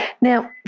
Now